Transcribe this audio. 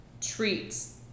treats